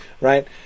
Right